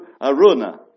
Aruna